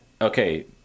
okay